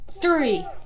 three